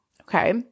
Okay